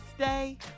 Stay